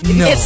no